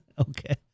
Okay